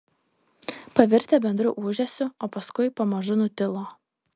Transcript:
pavirtę bendru ūžesiu o paskui pamažu nutilo